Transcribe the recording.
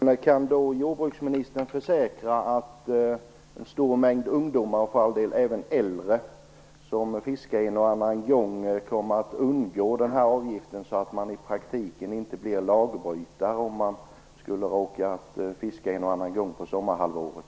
Fru talman! Kan jordbruksministern försäkra att en stor mängd ungdomar, och även äldre, kommer att undgå den här avgiften så att de i praktiken inte blir lagbrytare om de fiskar någon gång ibland på sommarhalvåret?